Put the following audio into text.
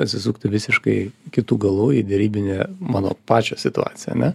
atsisuktų visiškai kitu galu į derybinę mano pačio situaciją ane